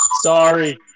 sorry